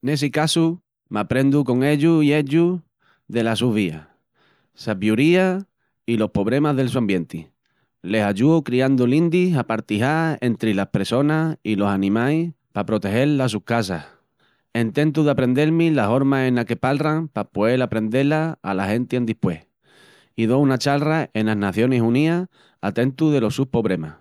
Nessi cassu m'aprendu con ellus i ellus delas sus vías, sabiuría i los pobremas del su ambienti; les ayúo criandu lindis apartijás entri las pressonas i los animais pa protegel las sus casas. Ententu d'aprendel-mi la horma ena que palran pa poel aprendé-la ala genti andispués i do una chalra enas Nacionis Unías a tentu delos sus pobremas.